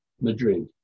Madrid